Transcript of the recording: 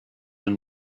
and